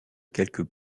quelques